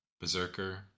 Berserker